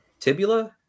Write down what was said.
tibula